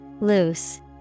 Loose